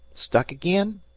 stuck again?